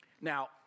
Now